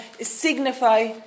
signify